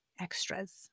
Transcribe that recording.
extras